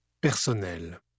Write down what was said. personnel